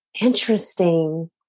interesting